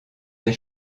des